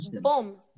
Boom